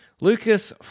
Lucas